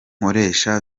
nkoresha